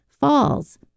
falls